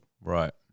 Right